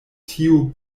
tiu